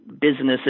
businesses